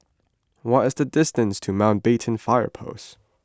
what is the distance to Mountbatten Fire Post